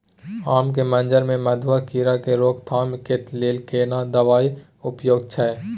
आम के मंजर में मधुआ कीरा के रोकथाम के लेल केना दवाई उपयुक्त छै?